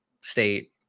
State